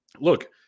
look